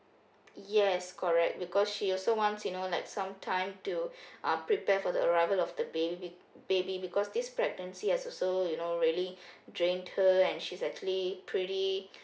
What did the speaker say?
yes correct because she also wants you know like sometime to uh prepare for the arrival of the baby baby because this pregnancy has also you know really drain her and she's actually pretty